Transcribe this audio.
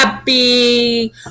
Happy